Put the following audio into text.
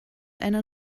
einer